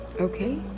Okay